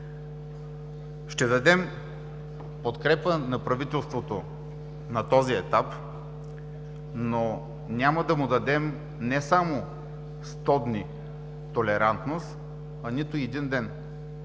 Ще дадем подкрепа на правителството на този етап, но няма да му дадем не само 100 дни толерантност, а нито един ден.